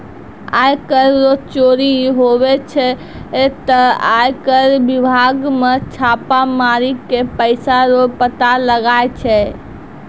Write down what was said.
आय कर रो चोरी हुवै छै ते आय कर बिभाग मे छापा मारी के पैसा रो पता लगाय छै